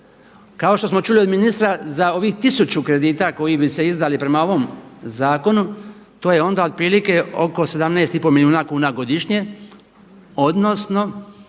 Kao što smo čuli od ministra za ovih tisuću kredita koji bi se izdali prema ovom zakonu, to je onda otprilike oko 17,5 milijuna kuna godišnje odnosno